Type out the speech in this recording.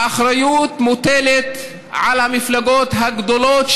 האחריות מוטלת על המפלגות הגדולות,